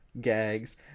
Gags